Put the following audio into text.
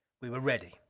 we were ready.